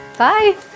Bye